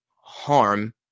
harm